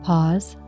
Pause